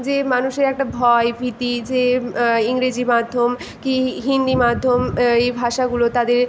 যে মানুষের একটা ভয় ভীতি যে ইংরেজি মাধ্যম কী হিন্দি মাধ্যম এই ভাষাগুলো তাদের